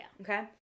Okay